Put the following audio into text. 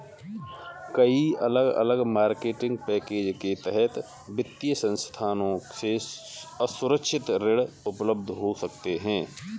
कई अलग अलग मार्केटिंग पैकेज के तहत वित्तीय संस्थानों से असुरक्षित ऋण उपलब्ध हो सकते हैं